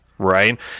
right